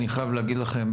אני חייב להגיד לכם,